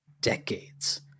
decades